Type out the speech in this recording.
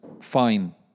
fine